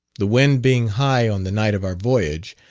the wind being high on the night of our voyage,